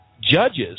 judges